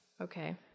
Okay